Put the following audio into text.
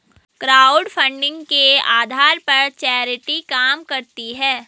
crowdfunding के आधार पर चैरिटी काम करती है